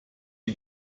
die